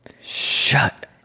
Shut